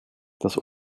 das